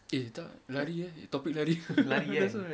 eh tak lari eh topic lari that's why